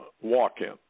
walk-in